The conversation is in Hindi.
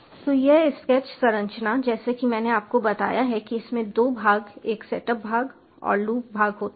तो एक स्केच संरचना जैसा कि मैंने आपको बताया है कि इसमें दो भाग एक सेटअप भाग और लूप भाग होते हैं